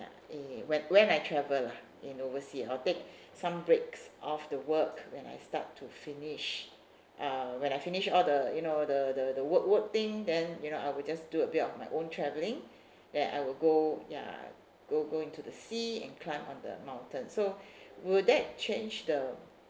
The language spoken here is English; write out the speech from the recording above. eh when when I travel lah in oversea I'll take some breaks off the work when I start to finish uh when I finish all the you know the the the work work thing then you know I will just do a bit of my own travelling then I will go ya go go into the sea and climb on the mountain so would that change the